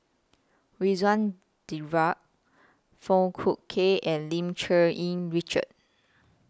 Ridzwan Foong Fook Kay and Lim Cherng Yih Richard